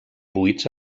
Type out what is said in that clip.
buits